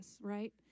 right